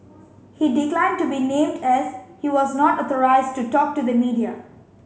he declined to be named as he was not authorised to talk to the media